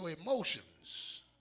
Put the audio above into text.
emotions